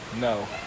No